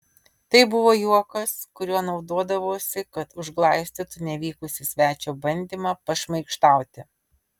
tai buvo juokas kuriuo naudodavosi kad užglaistytų nevykusį svečio bandymą pašmaikštauti